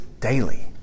daily